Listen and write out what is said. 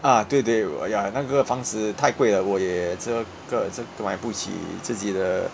ah 对对 uh ya 那个房子太贵了我也这个很像买不起自己的